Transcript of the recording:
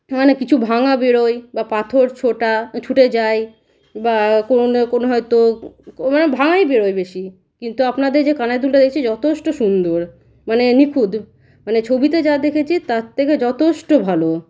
মানে কিছু ভাঙা বেরোয় বা পাথর ছোটা ছুটে যায় বা কোনো না কোনো হয়তো মানে ভাঙাই বেরোয় বেশি কিন্তু আপনাদের যে কানের দুলটা দেখছি যথেষ্ট সুন্দর মানে নিখুঁত মানে ছবিতে যা দেখেছি তার থেকে যথেষ্ট ভালো